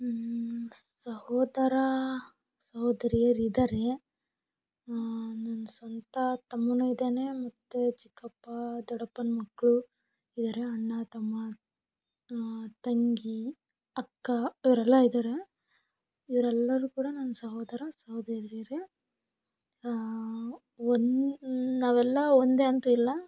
ಸಹೋದರ ಸಹೋದರಿಯರು ಇದ್ದಾರೆ ನನ್ನ ಸ್ವಂತ ತಮ್ಮನೂನು ಇದ್ದಾನೆ ಮತ್ತು ಚಿಕ್ಕಪ್ಪ ದೊಡ್ಡಪ್ಪನ ಮಕ್ಕಳು ಇದ್ದಾರೆ ಅಣ್ಣ ತಮ್ಮ ತಂಗಿ ಅಕ್ಕ ಇವರೆಲ್ಲ ಇದ್ದಾರೆ ಇವರೆಲ್ಲರೂ ಕೂಡ ನನ್ನ ಸಹೋದರ ಸಹೋದರಿಯರೇ ಒಂದು ನಾವೆಲ್ಲ ಒಂದೇ ಅಂತೂ ಇಲ್ಲ